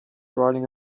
riding